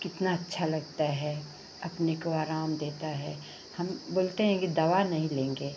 कितना अच्छा लगता है अपने को अराम देता है हम बोलते हैं कि दवा नहीं लेंगे